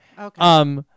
Okay